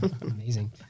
Amazing